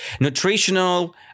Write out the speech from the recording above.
nutritional